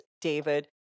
David